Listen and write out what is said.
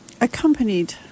accompanied